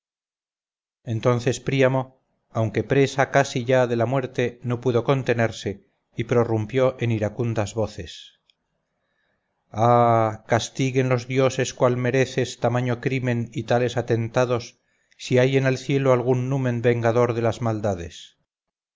entonces príamo aunque presa casi ya de la muerte no pudo contenerse y prorrumpió en iracundas voces ah castiguen los dioses cual mereces tamaño crimen y tales atentados si hay en el cielo algún numen vengador de las maldades